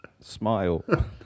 smile